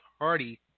Hardy